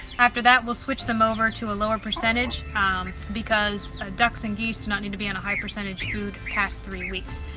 after that we'll switch them over to a lower percentage because ducks and geese do not need to be on a high percentage food past three weeks.